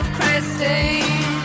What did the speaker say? Christine